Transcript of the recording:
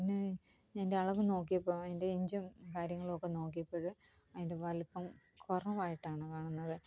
പിന്നെ എൻ്റെ അളവ് നോക്കിയപ്പോൾ എൻ്റെ ഇഞ്ചും കാര്യങ്ങളും നോക്കിയപ്പോൾ അതിൻ്റെ വലിപ്പം കുറവായിട്ടാണ് കാണുന്നത്